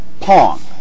Pong